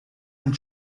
and